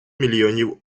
мільйонів